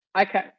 okay